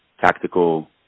tactical